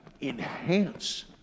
enhance